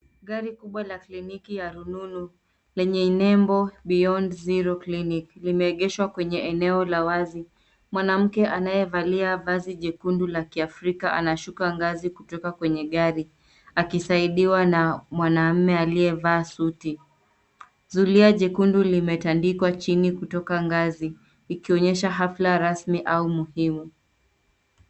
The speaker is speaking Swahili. Gari kubwa ya kliniki ya rununu lenye nembo [BEYOND ZERO CLINIC] limeegeshwa kwenye eneo la wazi. Mwanamke anayevalia vazi jekundu la kiafrika anashuka gazi kutoka kwenye gari akisaidiwa na mwanaume aliyevaa suti. Zulia jekundu limetandikwa chini kutoka gazi ikionyesha hafla rasmi au muhimu.